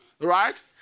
Right